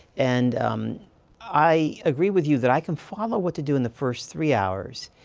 and i agree with you, that i can follow what to do in the first three hours.